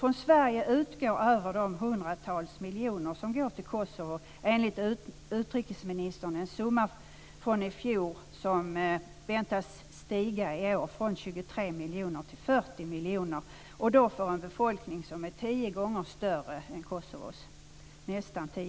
Från Sverige utgår - utöver de hundratals miljoner som går till Kosovo - en summa som förväntas stiga från 23 miljoner i fjol till 40 miljoner. Befolkningen är dock nästan tio gånger större än Kosovos.